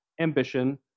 ambition